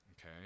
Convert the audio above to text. okay